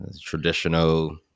Traditional